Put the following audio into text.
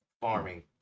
Farming